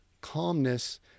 calmness